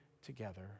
together